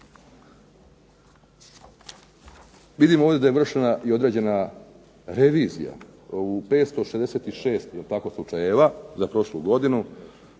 Vidim ovdje da je vršena i određena revizija ovih 566 slučajeva za prošlu godinu,